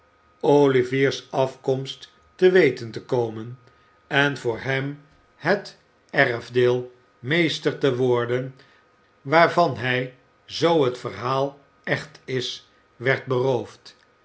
olivier's afkomst te weten te komen en voor hem het erfdeel meester te worden waarvan hij zoo het verhaal echt is werd beroofd